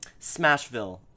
Smashville